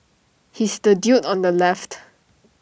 he's the dude on the left